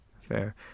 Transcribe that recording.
Fair